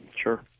sure